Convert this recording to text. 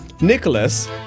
Nicholas